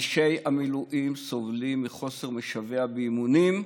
אנשי המילואים סובלים מחוסר משווע באימונים,